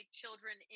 children